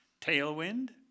tailwind